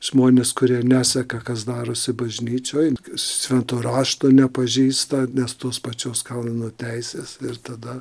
žmonės kurie neseka kas darosi bažnyčioj švento rašto nepažįsta nes tos pačios kanono teisės ir tada